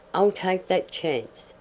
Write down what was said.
i'll take that chance,